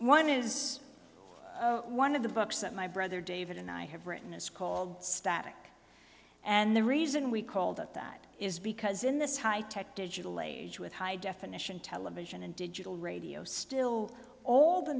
one is one of the books that my brother david and i have written is called static and the reason we called it that is because in this high tech digital age with high definition television and digital radio still all the